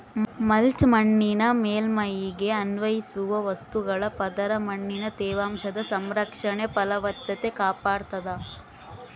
mulch ಮಣ್ಣಿನ ಮೇಲ್ಮೈಗೆ ಅನ್ವಯಿಸುವ ವಸ್ತುಗಳ ಪದರ ಮಣ್ಣಿನ ತೇವಾಂಶದ ಸಂರಕ್ಷಣೆ ಫಲವತ್ತತೆ ಕಾಪಾಡ್ತಾದ